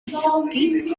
llogi